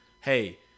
hey